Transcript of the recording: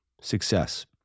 success